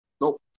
Nope